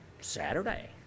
Saturday